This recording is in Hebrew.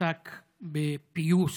שעסק בפיוס